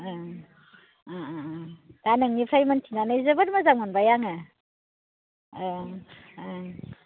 ओं दा नोंनिफ्राय मिनथिनानै जोबोद मोजां मोनबाय आङो ओं ओं